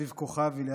ליד הרמטכ"ל,